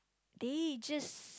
they just